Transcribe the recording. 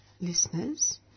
listeners